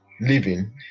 living